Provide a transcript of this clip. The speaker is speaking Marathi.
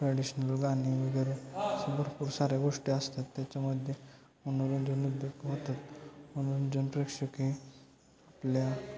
ट्रॅडिशनल गाणे वगैरे असे भरपूर साऱ्या गोष्टी असतात त्याच्यामध्ये मनोरंजन उद्योग होतात मनोरंजन प्रेक्षक आपल्या